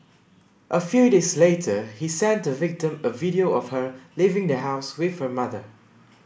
a few days later he sent the victim a video of her leaving the house with her mother